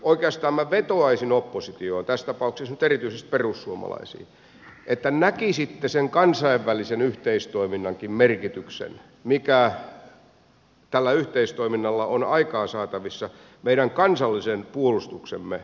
oikeastaan minä vetoaisin oppositioon tässä tapauksessa nyt erityisesti perussuomalaisiin että näkisitte sen kansainvälisen yhteistoiminnankin merkityksen mikä tällä yhteistoiminnalla on aikaansaatavissa meidän kansallisen puolustuksemme väkevöittämiseen